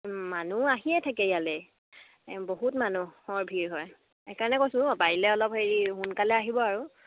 মানুহ আহিয়ে থাকে ইয়ালৈ বহুত মানুহৰ ভিৰ হয় সেইকাৰণে কৈছোঁ পাৰিলে অলপ হেৰি সোনকালে আহিব আৰু